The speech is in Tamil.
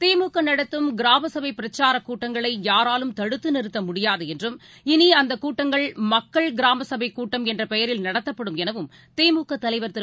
திமுக நடத்தும் கிராம சபை பிரச்சாரக் கூட்டங்களை யாராலும் தடுத்து நிறுத்த முடியாது என்றும் இனி அந்தக் கூட்டங்கள் மக்கள் கிராம சபைக் கூட்டம் என்ற பெயரில் நடத்தப்படும் எனவும் திமுக தலைவர் திரு